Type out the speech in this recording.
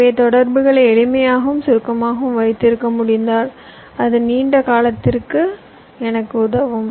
எனவே தொடர்புகளை எளிமையாகவும் சுருக்கமாகவும் வைத்திருக்க முடிந்தால் அது நீண்ட காலத்திற்கு எனக்கு உதவும்